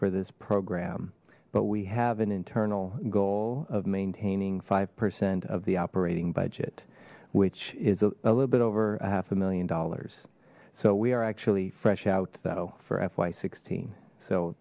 for this program but we have an internal goal of maintaining five percent of the operating budget which is a little bit over a half a million dollars so we are actually fresh out though for fy sixteen so